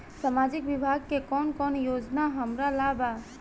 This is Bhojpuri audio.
सामाजिक विभाग मे कौन कौन योजना हमरा ला बा?